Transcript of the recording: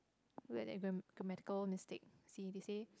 look at that gram grammatical mistake see they say